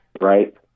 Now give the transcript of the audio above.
Right